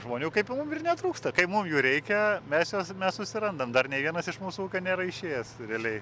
žmonių kaip ir netrūksta kai mum jų reikia mes juos mes susirandam dar nei vienas iš mūsų nėra išėjęs realiai